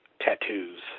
tattoos